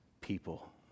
people